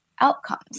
Outcomes